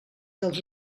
dels